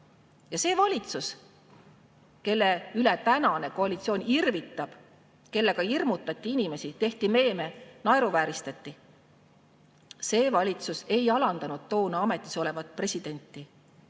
See valitsus, kelle üle tänane koalitsioon irvitab, kellega hirmutati inimesi, tehti meeme, naeruvääristati – see valitsus ei alandanud toona ametis olevat presidenti